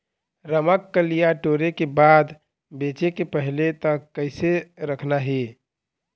रमकलिया टोरे के बाद बेंचे के पहले तक कइसे रखना हे?